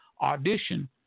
audition